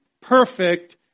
perfect